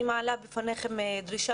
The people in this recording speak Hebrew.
אני מעלה בפניכם דרישה,